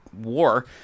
war